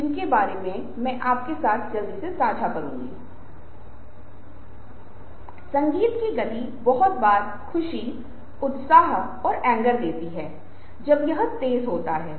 इसलिए यदि हमें इस पैटर्न की कुछ पुनरावृत्ति बार बार दिखाई देती है तो हम इसका श्रेय देते हैं